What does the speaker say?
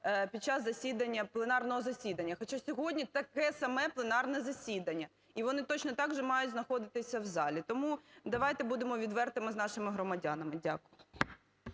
засідання, пленарного засідання. Хоча сьогодні таке саме пленарне засідання. І вони точно так же мають знаходитися в залі. Тому давайте будемо відвертими з нашими громадянами. Дякую.